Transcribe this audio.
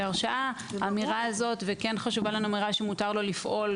ההרשאה וכן חשובה לנו האמירה שמותר לו לפעול,